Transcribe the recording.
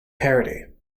parody